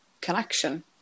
connection